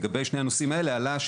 לגבי שני הנושאים האלה עלה,